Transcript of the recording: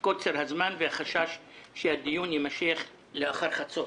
קוצר הזמן והחשש שהדיון יימשך לאחר חצות.